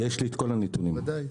ודאי.